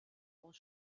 aus